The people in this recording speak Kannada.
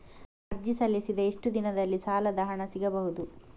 ಅರ್ಜಿ ಸಲ್ಲಿಸಿದ ಎಷ್ಟು ದಿನದಲ್ಲಿ ಸಾಲದ ಹಣ ಸಿಗಬಹುದು?